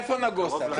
איפה נגוסה?